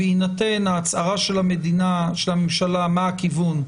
בהינתן ההצהרה של הממשלה מה הכיוון,